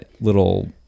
little